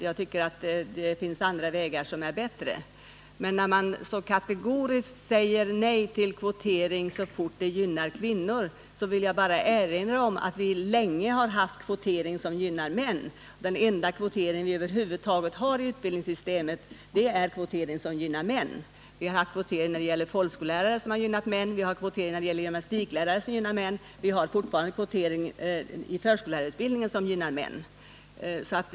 Jag tycker att det finns andra vägar som är bättre. Men när man så kategoriskt säger nej till kvotering så fort den gynnar kvinnor, vill jag bara erinra om att vi länge har haft kvotering som gynnar män. Den enda kvotering vi över huvud taget har i utbildningssystemet gynnar män. Vi har när det gäller folkskollärare och när det gäller gymnastiklärare haft kvotering som har gynnat män. Vi har fortfarande i förskollärarutbildningen kvotering som gynnar män.